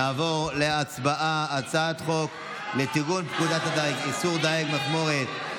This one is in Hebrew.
נעבור להצבעה על הצעת חוק לתיקון פקודת הדיג (איסור דיג מכמורת),